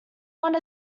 one